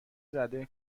زده